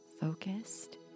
focused